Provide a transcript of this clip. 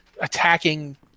attacking